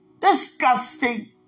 Disgusting